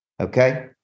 Okay